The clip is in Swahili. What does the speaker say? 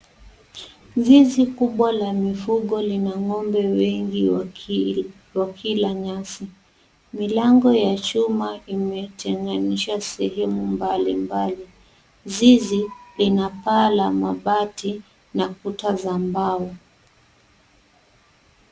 Zizi kubwa la mifugo lina ng'ombe wengi wakila nyasi. Milango ya chuma imetenganisha sehemu mbalimbali. Zizi lina paa la mabati na kuta za mbao.